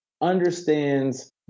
understands